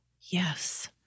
Yes